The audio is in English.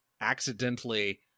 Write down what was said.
accidentally